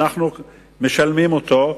אנחנו משלמים אותו,